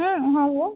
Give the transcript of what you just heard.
ହଁ ହେବ